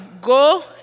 Go